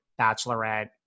bachelorette